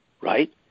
right